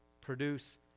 produce